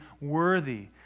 worthy